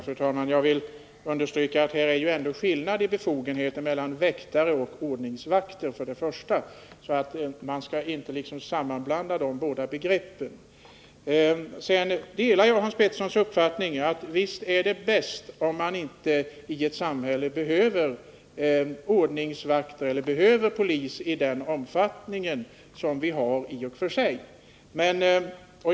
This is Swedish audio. Fru talman! Jag vill understryka att det i fråga om befogenheter är skillnad mellan väktare och ordningsvakter — vi skall inte blanda samman de båda begreppen. Jag delar Hans Peterssons uppfattning att viss är det bäst om man i ett samhälle inte behöver ordningsvakter eller poliser i den utsträckning som vi har.